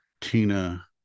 Tina